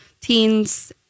teens